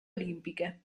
olimpiche